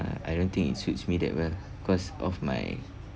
I don't think it suits me that well because of my